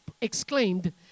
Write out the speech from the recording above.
exclaimed